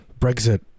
Brexit